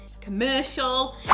commercial